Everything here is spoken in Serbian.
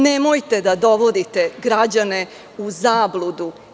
Nemojte da dovodite građane u zabludu.